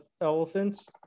elephants